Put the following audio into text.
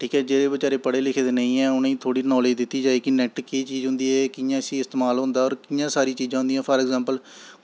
ठीक ऐ जेह्ड़े बचैरे पढ़े लिखे दे नेईं हैन उ'नें गी थोह्ड़ा नॉलेज़ दित्ती जाऽ कि नैट्ट केह् चीज होंदी ऐ कि'यां इस्सी इस्तेमाल होंदा ऐ सारी चीज़ां फॉर अग़्ज़ैंपल